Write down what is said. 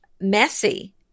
messy